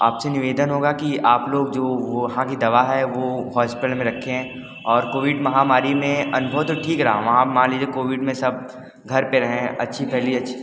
आपसे निवेदन होगा कि आप लोग जो वहाँ की दवा है वो हॉस्पिटल में रखें और कोविड महामारी में अनुभव तो ठीक रहा वहाँ मान लीजिए कोविड में सब घर पर रहें अच्छी भली अच्छी